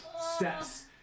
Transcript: steps